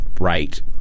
right